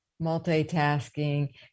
multitasking